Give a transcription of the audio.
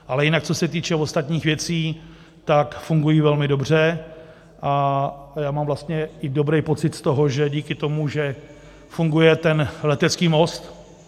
Ale jinak co se týče ostatních věcí, tak fungují velmi dobře a já mám vlastně i dobrý pocit z toho, že díky tomu, že funguje ten letecký most